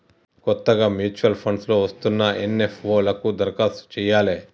కొత్తగా mutual funds లో వస్తున్న ఎన్.ఎఫ్.ఓ లకు దరఖాస్తు చెయ్యాలే